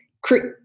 create